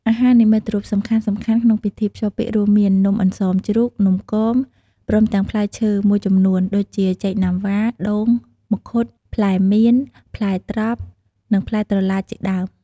អាហារនិមិត្តរូបសំខាន់ៗក្នុងពិធីភ្ជាប់ពាក្យ រួមមាន៖ នំអន្សមជ្រូក នំគម ព្រមទាំងផ្លែឈើមួយចំនួន ដូចជាចេកណាំវ៉ា ដូង មង្ឃុត ផ្លែមាន ផ្លែត្រប់ និងផ្លែត្រឡាចជាដើម។